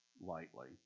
lightly